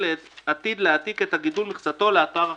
עתיד להעתיק את גידול מכסתו לאתר החדש,